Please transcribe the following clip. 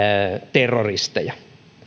terroristeja